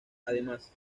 además